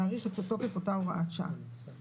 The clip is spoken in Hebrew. להאריך את תוקף אותה הוראת שעה,